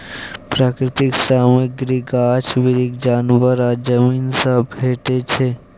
प्राकृतिक सामग्री गाछ बिरीछ, जानबर आ जमीन सँ भेटै छै